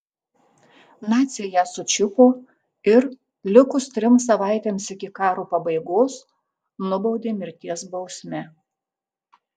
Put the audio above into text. naciai ją sučiupo ir likus trims savaitėms iki karo pabaigos nubaudė mirties bausme